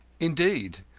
indeed,